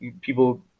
people